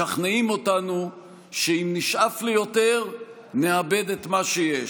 משכנעים אותנו שאם נשאף ליותר נאבד את מה שיש.